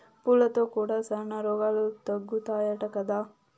పూలతో కూడా శానా రోగాలు తగ్గుతాయట కదా